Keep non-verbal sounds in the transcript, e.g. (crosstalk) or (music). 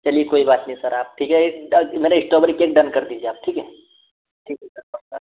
चलिए कोई बात नहीं सर आप ठीक है एक माने इस्ट्रॉबेरी केक डन कर दीजिए आप ठीक है ठीक है सर (unintelligible)